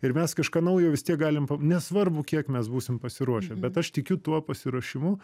ir mes kažką naujo vis tiek galim pa nesvarbu kiek mes būsim pasiruošę bet aš tikiu tuo pasiruošimu